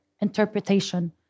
interpretation